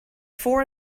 four